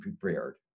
prepared